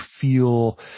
feel